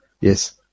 yes